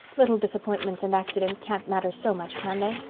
little disappointments and accidents can't matter so much, can they?